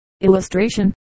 illustration